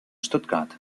stuttgart